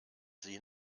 sie